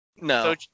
No